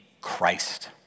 Christ